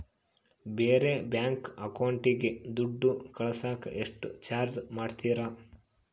ಬೇರೆ ಬ್ಯಾಂಕ್ ಅಕೌಂಟಿಗೆ ದುಡ್ಡು ಕಳಸಾಕ ಎಷ್ಟು ಚಾರ್ಜ್ ಮಾಡತಾರ?